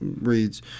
reads